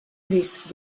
risc